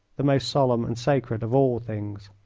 the most solemn and sacred of all things